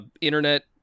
internet